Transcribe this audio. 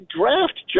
draft